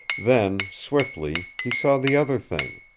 then swiftly he saw the other thing.